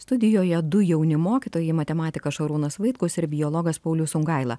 studijoje du jauni mokytojai matematikas šarūnas vaitkus ir biologas paulius sungaila